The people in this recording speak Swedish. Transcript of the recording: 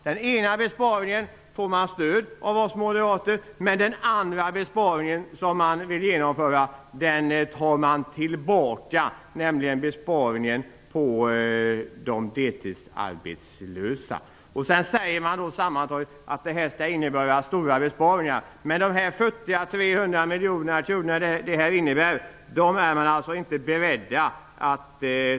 Den ena besparingen får man stöd för av oss moderater, men förslaget om den andra besparingen som man vill genomföra - besparingen i fråga om de deltidsarbetslösa - tar man tillbaka. Sedan säger man att detta sammantaget skall innebära stora besparingar. Men de futtiga 300 miljoner kronor som det här förslaget innebär är man alltså inte beredd att ta in.